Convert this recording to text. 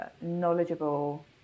knowledgeable